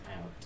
out